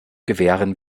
gewähren